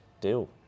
Deal